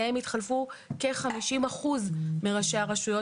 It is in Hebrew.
שבהן התחלפו כ-50% מראשי הרשויות